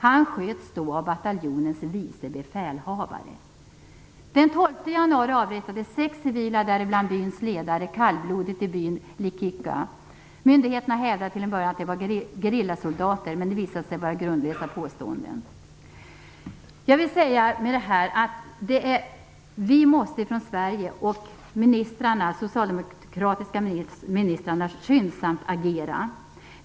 Han sköts då av bataljonens vice befälhavare. Den 12 januari avrättades sex civila, däribland byns ledare, kallblodigt i byn Liquica. Myndigheterna hävdade till en början att det var "gerillasoldater", men det visade sig vara grundlösa påståenden. Vi måste från Sverige, de socialdemokratiska ministrarna måste skyndsamt agera.